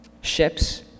ships